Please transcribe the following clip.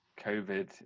Covid